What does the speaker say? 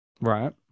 right